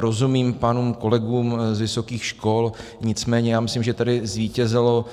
Rozumím pánům kolegům z vysokých škol, nicméně já myslím, že tady zvítězil